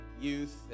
youth